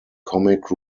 comic